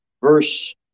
verse